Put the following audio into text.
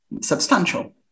substantial